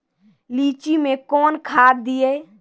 लीची मैं कौन खाद दिए?